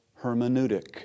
hermeneutic